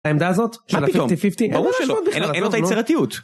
העמדה הזאת של ה50-50 ברור שלא, אין לו את היצירתיות